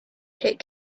take